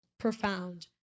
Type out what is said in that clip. profound